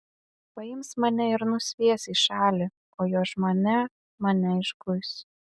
paims mane ir nusvies į šalį o jo žmona mane išguis